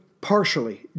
partially